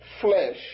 flesh